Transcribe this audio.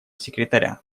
секретаря